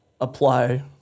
apply